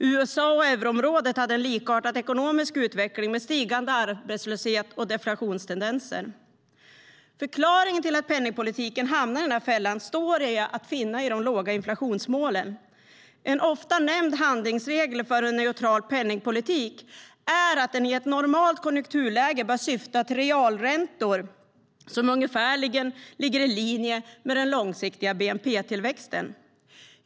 USA och euroområdet hade en likartad ekonomisk utveckling med stigande arbetslöshet och deflationstendenser. Förklaringen till att penningpolitiken hamnade i den här fällan står att finna i de låga inflationsmålen. En ofta nämnd handlingsregel för en neutral penningpolitik är att den i ett normalt konjunkturläge bör syfta till realräntor som ungefärligen ligger i linje med den långsiktiga bnp-tillväxten.